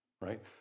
right